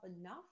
enough